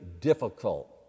difficult